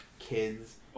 Kids